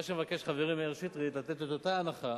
מה שמבקש חברי מאיר שטרית, לתת את אותה הנחה,